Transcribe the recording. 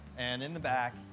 and in the back,